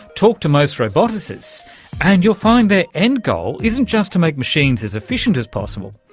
talk to most roboticists and you'll find their end goal isn't just to make machines as efficient as possible,